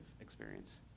experience